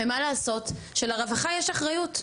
אבל מה לעשות לרווחה יש אחריות.